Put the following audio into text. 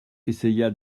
essaya